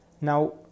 Now